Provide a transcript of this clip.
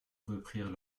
reprirent